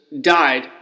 died